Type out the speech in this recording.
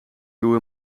toe